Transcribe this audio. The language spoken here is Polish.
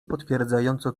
potwierdzająco